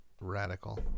radical